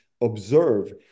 observe